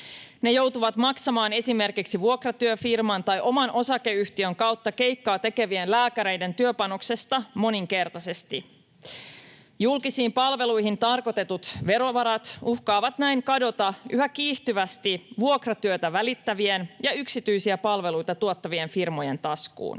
Ne joutuvat maksamaan esimerkiksi vuokratyöfirman tai oman osakeyhtiön kautta keikkaa tekevien lääkäreiden työpanoksesta moninkertaisesti. Julkisiin palveluihin tarkoitetut verovarat uhkaavat näin kadota yhä kiihtyvästi vuokratyötä välittävien ja yksityisiä palveluita tuottavien firmojen taskuun.